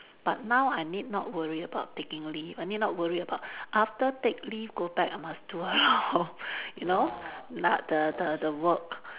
but now I need not worry about taking leave I need not worry about after take leave go back I must do a lot of you know na~ the the the work